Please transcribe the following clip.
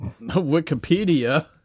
Wikipedia